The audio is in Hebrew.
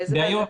באיו"ש.